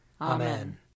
Amen